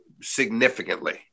significantly